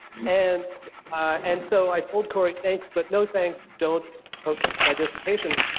and and so i told cory, thanks, but no thanks, don't post my dissertation.